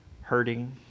hurting